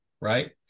right